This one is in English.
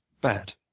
Bad